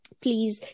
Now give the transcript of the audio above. please